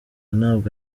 ntabwo